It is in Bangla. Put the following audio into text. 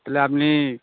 তাহলে আপনি